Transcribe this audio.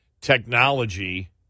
technology